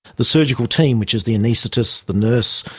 the surgical team, which is the anaesthetist, the nurse,